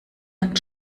man